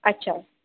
अच्छा